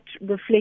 reflect